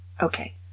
Okay